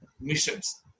missions